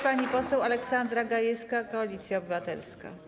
Pani poseł Aleksandra Gajewska, Koalicja Obywatelska.